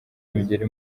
imigeri